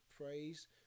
praise